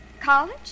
College